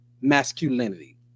masculinity